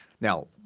Now